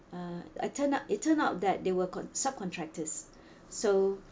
uh I turned up it turned out that they were con~ sub contractors so